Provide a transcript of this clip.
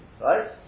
Right